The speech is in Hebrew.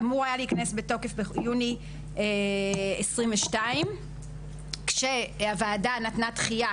אמור היה להיכנס לתוקף ביוני 2022. הוועדה נתנה דחייה,